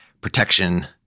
protection